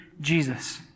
Jesus